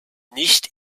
nicht